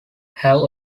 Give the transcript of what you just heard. have